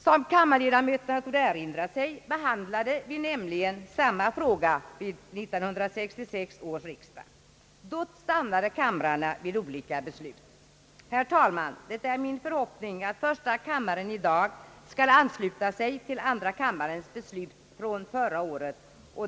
Som kammarledamöterna torde erinra sig behandlade vi nämligen samma fråga vid 1966 års riksdag. Då stannade kamrarna vid olika beslut. Herr talman! Det är min förhoppning att första kammaren i dag skall ansluta sig till andra kammarens beslut från förra året.